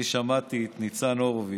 אני שמעתי את ניצן הורוביץ